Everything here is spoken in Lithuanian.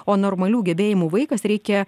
o normalių gebėjimų vaikas reikia